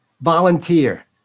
volunteer